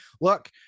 Look